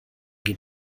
geht